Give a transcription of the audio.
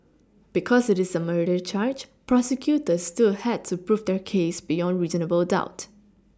because it is a murder charge prosecutors still had to prove their case beyond reasonable doubt